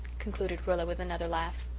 concluded rilla, with another laugh.